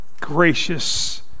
gracious